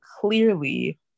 clearly